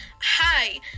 hi